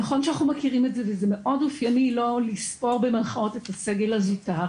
נכון שאנחנו מכירים את זה וזה מאוד אופייני לו לראות את הסגל הזוטר,